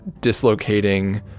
dislocating